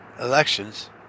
elections